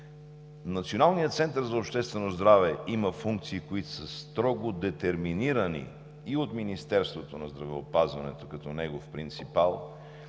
Националният център по обществено здраве и анализи има функции, които са строго детерминирани и от Министерството на здравеопазването, като негов принципал,